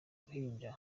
ruhinja